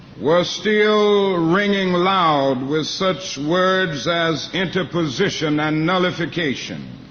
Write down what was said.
were still ringing loud with such words as interposition and nullification.